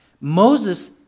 Moses